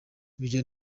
ibyo